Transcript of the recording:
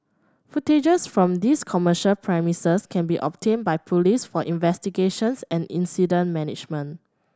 footage from these commercial premises can be obtained by police for investigations and incident management